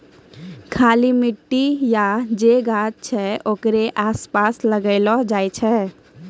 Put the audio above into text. खाली मट्टी या जे गाछ छै ओकरे आसपास लगैलो जाय छै